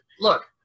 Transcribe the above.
look